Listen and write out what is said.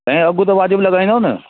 ऐं अघु त वाजिबु लॻाईंदव न